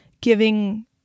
giving